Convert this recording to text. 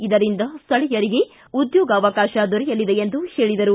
ಇದರಿಂದ ಸೈಳಿಯರಿಗೆ ಉದ್ಯೋಗಾವಕಾಶ ದೊರೆಯಲಿದೆ ಎಂದು ಹೇಳಿದರು